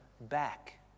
back